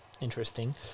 Interesting